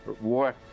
war